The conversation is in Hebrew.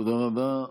תודה רבה.